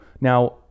Now